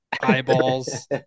eyeballs